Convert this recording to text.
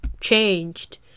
changed